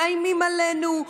מאיימים עלינו,